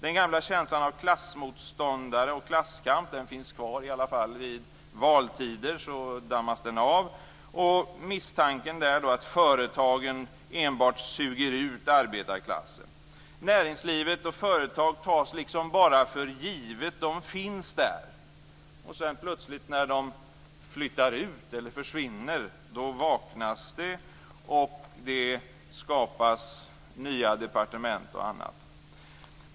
Den gamla känslan av klassmotståndare och klasskamp finns kvar - i alla fall i valtider dammas den av - liksom misstanken att företagen enbart suger ut arbetarklassen. Näringslivet och företagen tas liksom bara för givet. De finns där. Och sedan, när de plötsligt flyttar ut eller försvinner, vaknas det, och det skapas nya departement och annat.